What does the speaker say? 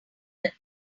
that